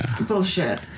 bullshit